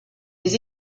des